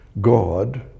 God